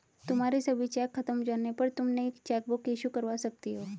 तुम्हारे सभी चेक खत्म हो जाने पर तुम नई चेकबुक इशू करवा सकती हो